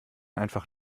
einfach